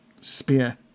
spear